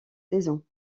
saison